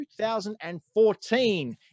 2014